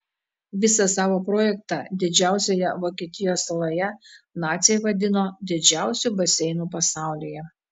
visą savo projektą didžiausioje vokietijos saloje naciai vadino didžiausiu baseinu pasaulyje